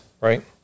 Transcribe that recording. right